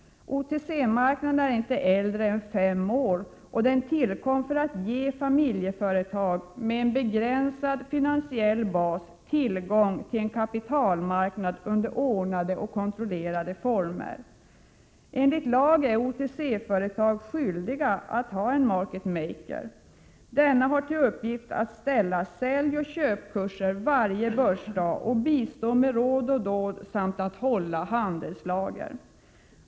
OTC-marknaden är inte äldre än fem år, och den tillkom för att ge familjeföretag med en begränsad finansiell bas tillgång till en kapitalmarknad under ordnade och kontrollerade former. Enligt lag är OTC-företag skyldiga att ha en market maker. Denne har till uppgift att ställa säljoch köpkurser varje börsdag, att bistå med råd och dåd samt att hålla handelslager.